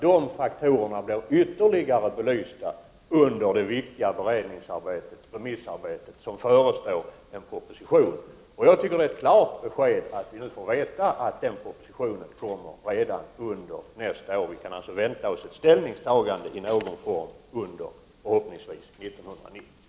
Dessa faktorer måste bli ytterligare belysta under det viktiga remissarbete som förestår en kommande proposition. Det är ett klart besked som nu ges. Vi får alltså veta att en proposition kommer redan nästa år. Vi kan således vänta oss ett ställningstagande i någon form förhoppningsvis under 1990.